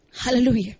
Hallelujah